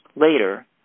Later